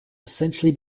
essentially